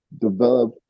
develop